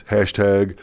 Hashtag